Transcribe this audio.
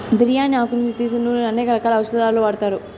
బిర్యాని ఆకు నుంచి తీసిన నూనెను అనేక రకాల ఔషదాలలో వాడతారు